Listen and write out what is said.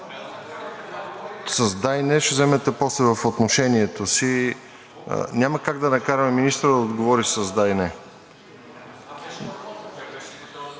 С да и не ще вземете после в отношението си. Няма как да накараме министъра да отговори с да и не.